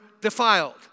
defiled